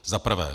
Za prvé.